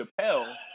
Chappelle